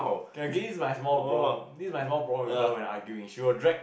okay this is my small problem this is my small problem with her when arguing she will drag